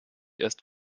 erst